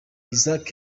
isaac